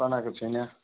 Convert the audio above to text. बनाएको छुइनँ